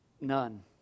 None